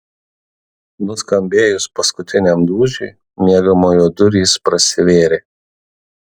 nuskambėjus paskutiniam dūžiui miegamojo durys prasivėrė